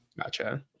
Gotcha